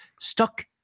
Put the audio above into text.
stuck